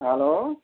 hello